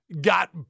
got